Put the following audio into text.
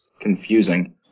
confusing